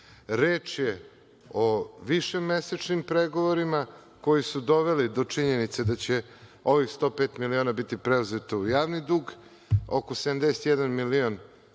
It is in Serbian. Reč je o više mesečnim pregovorima koji su doveli do činjenice da će ovih 105 miliona biti preuzeto u javni dug, oko 71 milion